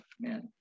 man